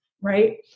right